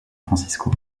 francisco